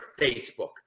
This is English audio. Facebook